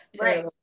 Right